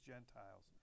Gentiles